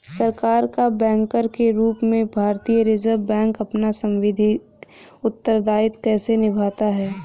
सरकार का बैंकर के रूप में भारतीय रिज़र्व बैंक अपना सांविधिक उत्तरदायित्व कैसे निभाता है?